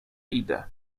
idę